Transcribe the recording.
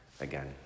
again